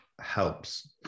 helps